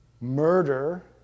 murder